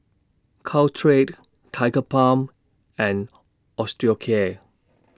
Caltrate Tigerbalm and Osteocare